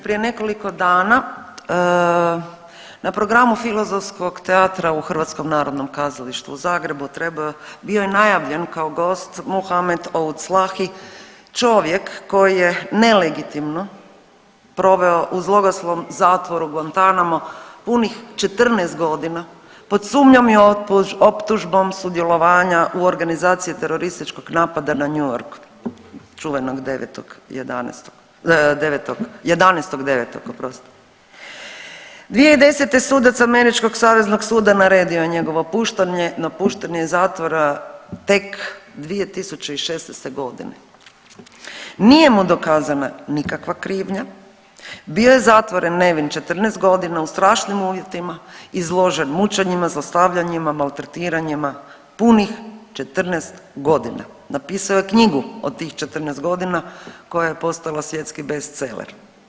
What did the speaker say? Prije nekoliko dana na programu filozofskog teatra u HNK u Zagrebu trebao, bio je najavljen kao gost Mohamed Ould Slahi čovjek koji je nelegitimno proveo u zloglasnom zatvoru Guantanamo punih 14 godina pod sumnjom i optužbom sudjelovanja u organizaciji terorističkog napada na New York čuvenog 9.11. 11.9. oprostite 2010. sudac Američkog saveznog suda naredio je njegovo puštanje, napuštanje iz zatvora tek 2016.g., nije mu dokazana nikakva krivnja, bio je zatvoren nevin 14.g. u strašnim uvjetima, izložen mučenjima, zlostavljanjima, maltretiranja punih 14.g., napisao je knjigu od tih 14.g. koja je postala svjetski bestseler.